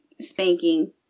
spanking